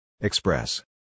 Express